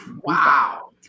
wow